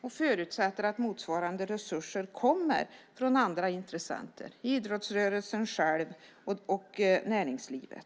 och vi förutsätter att motsvarande resurser kommer från andra intressenter, idrottsrörelsen själv och näringslivet.